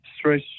stress